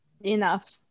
enough